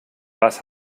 was